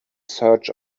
search